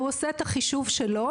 הוא עושה את החישוב שלו